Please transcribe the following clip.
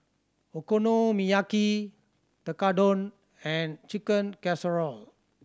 Okonomiyaki Tekkadon and Chicken Casserole